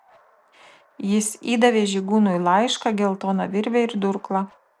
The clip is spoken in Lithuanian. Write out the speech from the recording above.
jis įdavė žygūnui laišką geltoną virvę ir durklą